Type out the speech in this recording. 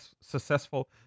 successful